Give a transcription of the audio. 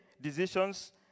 decisions